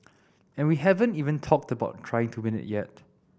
and we haven't even talked about trying to win it yet